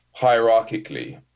hierarchically